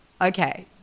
Okay